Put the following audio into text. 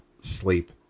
sleep